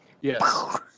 Yes